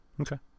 Okay